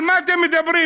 על מה אתם מדברים?